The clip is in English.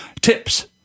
Tips